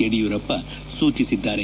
ಯಡಿಯೂರಪ್ಪ ಸೂಚಿಸಿದ್ದಾರೆ